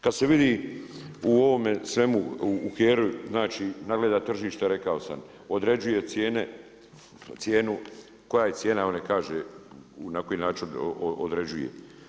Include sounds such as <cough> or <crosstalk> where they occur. Kad se vidi u ovome svemu u … <unintelligible> znači nagleda tržišta, rekao sam, određuje cijenu koja je cijena, ona nek kaže na koji način određuje.